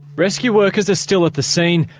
rescue workers are still at the scene,